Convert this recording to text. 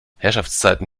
herrschaftszeiten